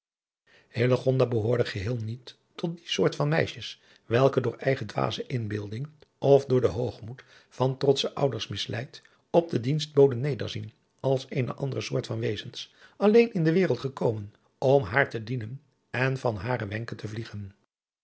behoorde geheel niet tot die soort van jonge meisjes welke door eigen dwaze inbeelding of door den hoogmoed van trotsche ouders misleid op de dienstboden nederzien als eene andere soort van wezens alleen in de wereld gekomen om haar te dienen en van hare wenken te vliegen